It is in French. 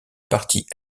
partie